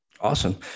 Awesome